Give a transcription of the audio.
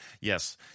yes